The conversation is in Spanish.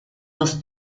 los